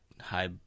high